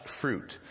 fruit